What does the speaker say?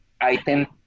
item